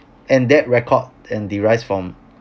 and that record and derived from